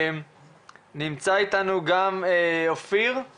נשמע את עופר מסינג